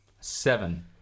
Seven